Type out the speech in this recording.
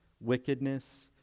wickedness